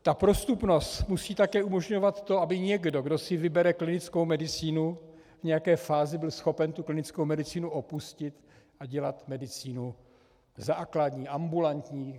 Ta prostupnost musí také umožňovat to, aby někdo, kdo si vybere klinickou medicínu, v nějaké fázi byl schopen tu klinickou medicínu opustit a dělat medicínu základní, ambulantní.